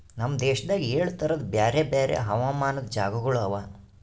ನಮ್ ದೇಶದಾಗ್ ಏಳು ತರದ್ ಬ್ಯಾರೆ ಬ್ಯಾರೆ ಹವಾಮಾನದ್ ಜಾಗಗೊಳ್ ಅವಾ